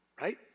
right